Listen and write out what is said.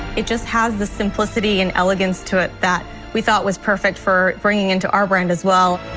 it just has the simplicity and elegance to it that we thought was perfect for bringing into our brand as well